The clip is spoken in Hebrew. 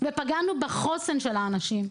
ופגענו בחוסן של האנשים.